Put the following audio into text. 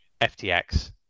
ftx